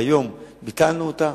והיום ביטלנו אותה,